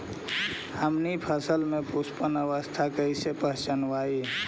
हमनी फसल में पुष्पन अवस्था कईसे पहचनबई?